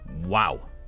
Wow